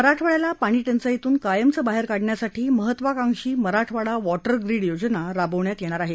मराठवाड्याला पाणी टंचाईतून कायमचं बाहेर काढण्यासाठी महत्वाकांक्षी मराठवाडा वॉटर ग्रीड योजना राबवण्यात येणार आहे